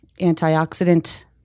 antioxidant